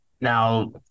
now